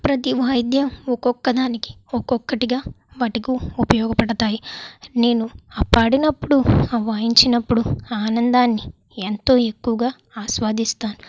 ప్రతి వాయిద్యం ఒక్కొక్క దానికి ఒక్కొక్కటిగా పట్టుకో ఉపయోగపడతాయి నేను ఆ పాడినప్పుడు ఆ వాయించినప్పుడు ఆనందాన్ని ఎంతో ఎక్కువగా ఆస్వాదిస్తాను